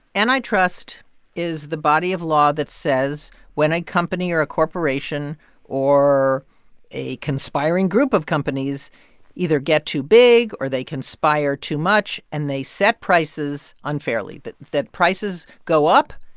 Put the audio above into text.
antitrust is the body of law that says when a company or a corporation or a conspiring group of companies either get too big or they conspire too much and they set prices unfairly that that prices go up,